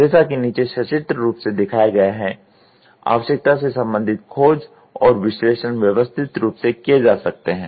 जैसा कि नीचे सचित्र रूप से दिखाया गया है आवश्यकता से संबंधित खोज और विश्लेषण व्यवस्थित रूप से किये जा सकते हैं